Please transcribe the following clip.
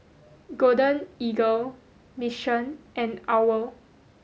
Golden Eagle Mission and OWL